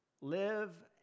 Live